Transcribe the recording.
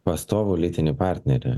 pastovų lytinį partnerį